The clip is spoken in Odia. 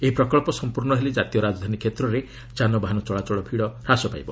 ଏହି ପ୍ରକଳ୍ପ ସମ୍ପର୍ଷ ହେଲେ ଜାତୀୟ ରାଜଧାନୀ କ୍ଷେତ୍ରରେ ଯାନବାହନ ଚଳାଚଳ ଭିଡ଼ ହ୍ରାସ ପାଇବ